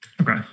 Okay